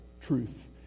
truth